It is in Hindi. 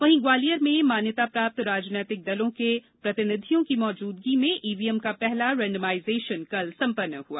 वहीं ग्वालियर में मान्यता प्राप्त राजनीतिक दलों के प्रतिनिधियों की मौजूदगी में ईवीएम का पहला रेंडमाइजेशन कल संपन्न हुआ